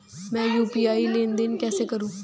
मैं यू.पी.आई लेनदेन कैसे करूँ?